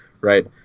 right